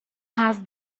have